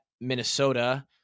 Minnesota